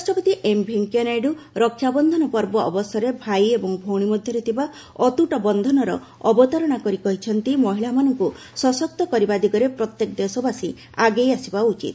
ଉପରାଷ୍ଟ୍ରପତି ଏମ୍ ଭେଙ୍କିୟା ନାଇଡୁ ରକ୍ଷାବନ୍ଧନ ପର୍ବ ଅବସରରେ ଭାଇ ଏବଂ ଭଉଣୀ ମଧ୍ୟରେ ଥିବା ଅତୁଟ ବନ୍ଧନର ଅବତାରଣା କରି କହିଛନ୍ତି ମହିଳାମାନଙ୍କୁ ସଶକ୍ତ କରିବା ଦିଗରେ ପ୍ରତ୍ୟେକ ଦେଶବାସୀ ଆଗେଇ ଆସିବା ଉଚିତ